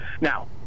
Now